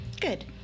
good